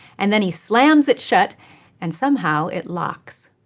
and then he slams it shut and somehow it locks.